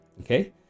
okay